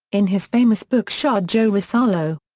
in his famous book shah jo risalo.